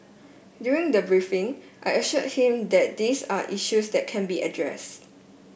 during the briefing I assured him that these are issues that can be addressed